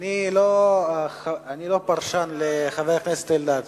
אני לא פרשן של חבר הכנסת אלדד.